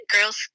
girls